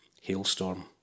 hailstorm